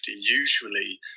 usually